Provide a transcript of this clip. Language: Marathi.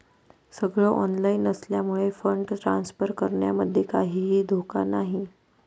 सगळ ऑनलाइन असल्यामुळे फंड ट्रांसफर करण्यामध्ये काहीही धोका नाही